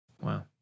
Wow